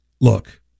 Look